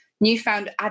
Newfound